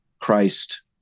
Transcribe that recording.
Christ